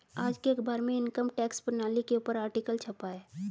आज के अखबार में इनकम टैक्स प्रणाली के ऊपर आर्टिकल छपा है